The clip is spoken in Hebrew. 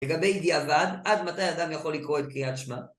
לגבי דיאבן, עד מתי אדם יכול לקרוא את קריאת שמע?